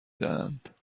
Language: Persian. دهند